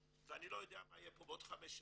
ואני לא יודע מה יהיה פה בעוד חמש שנים,